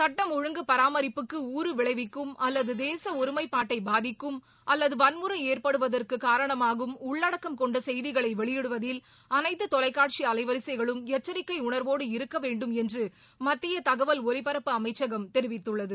சட்டம் ஒழுங்கு பராமரிப்புக்கு ஊறு விளைவிக்கும் அல்லது தேச ஒருமைப்பாட்டை பாதிக்கும் அல்லது வன்முறை ஏற்படுவதற்கு காரணமாகும் உள்ளடக்கம் கொண்ட செய்திகளை வெளியிடுவதில் அனைத்து தொலைக்காட்சி அலைவரிசைகளும் எச்சிக்கை உணர்வோடு இருக்கவேண்டும் என்று மத்திய தகவல் ஒலிபரப்பு அமைச்சகம் தெரிவித்துள்ளது